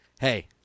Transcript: Hey